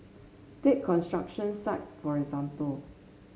take construction sites for example